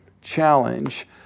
challenge